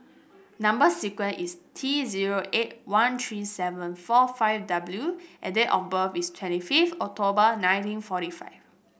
number sequence is T zero eight one three seven four five W and date of birth is twenty fifth October nineteen forty five